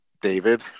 David